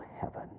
heaven